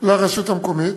לרשות המקומית?